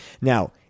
Now